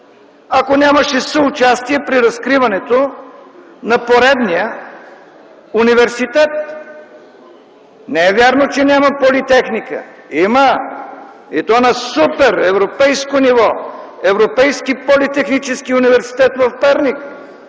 ако нямаше съучастие при разкриването на поредния университет. Не е вярно, че няма политехника. Има и то на супер европейско ниво: Европейски политехнически университет в Перник